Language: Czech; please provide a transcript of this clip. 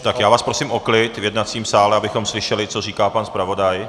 Tak já vás prosím o klid v jednacím sále, abychom slyšeli, co říká pan zpravodaj.